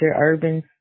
urban